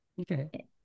okay